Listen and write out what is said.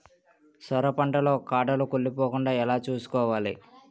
సొర పంట లో కాడలు కుళ్ళి పోకుండా ఎలా చూసుకోవాలి?